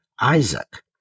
Isaac